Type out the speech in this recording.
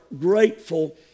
grateful